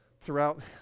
Throughout